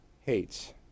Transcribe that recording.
hates